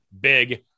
big